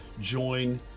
join